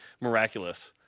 miraculous